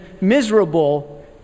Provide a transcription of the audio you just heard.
miserable